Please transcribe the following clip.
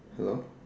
hello